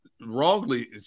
wrongly